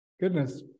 Goodness